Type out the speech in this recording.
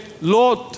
Lord